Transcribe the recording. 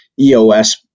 EOS